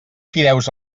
fideus